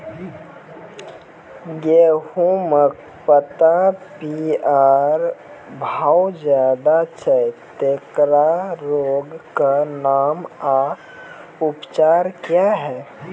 गेहूँमक पात पीअर भअ जायत छै, तेकरा रोगऽक नाम आ उपचार क्या है?